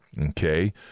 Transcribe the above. okay